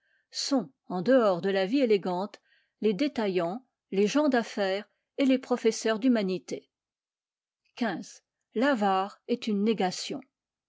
sont en dehors de la vie élégante les détaillants les gens d'affaires et les professeurs d'humanités xv l'avare est une négation